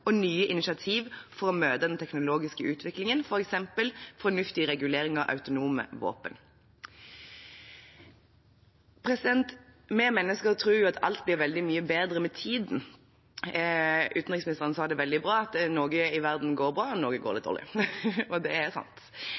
og nye initiativ for å møte den teknologiske utviklingen, f.eks. fornuftige reguleringer av autonome våpen. Vi mennesker tror alt blir veldig mye bedre med tiden. Utenriksministeren sa det veldig bra, at noe i verden går bra, og noe går litt dårlig. Det er sant.